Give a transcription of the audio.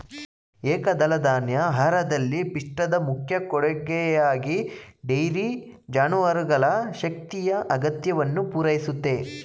ಏಕದಳಧಾನ್ಯ ಆಹಾರದಲ್ಲಿ ಪಿಷ್ಟದ ಮುಖ್ಯ ಕೊಡುಗೆಯಾಗಿ ಡೈರಿ ಜಾನುವಾರುಗಳ ಶಕ್ತಿಯ ಅಗತ್ಯವನ್ನು ಪೂರೈಸುತ್ತೆ